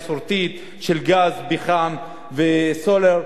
לא צריך להסתמך רק על האנרגיה המסורתית של גז פחם וסולר,